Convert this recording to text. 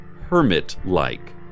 hermit-like